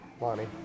Lonnie